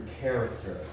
character